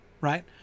right